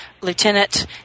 Lieutenant